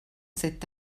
cet